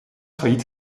failliet